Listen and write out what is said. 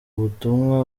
ubutumwa